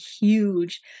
huge